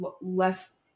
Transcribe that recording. less